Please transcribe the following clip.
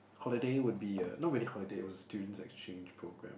holiday would be uh not really holiday it was a student's exchange program